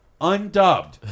Undubbed